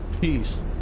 peace